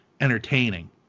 entertaining